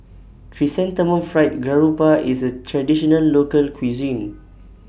Chrysanthemum Fried Garoupa IS A Traditional Local Cuisine